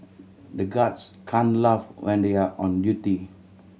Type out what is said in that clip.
the guards can't laugh when they are on duty